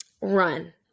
Run